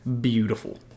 Beautiful